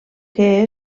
que